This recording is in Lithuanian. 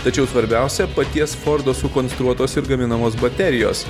tačiau svarbiausia paties fordo sukonstruotos ir gaminamos baterijos